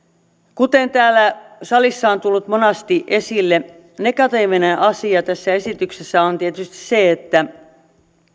kuten täällä salissa on tullut monasti esille negatiivinen asia tässä esityksessä on tietysti se että